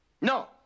No